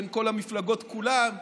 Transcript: בין כל המפלגות כולן,